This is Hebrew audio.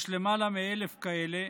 יש למעלה מ-1,000 כאלה,